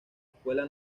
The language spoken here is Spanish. escuela